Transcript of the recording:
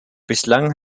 bislang